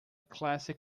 classic